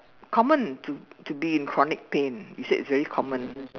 common to to be in chronic pain you said it's very common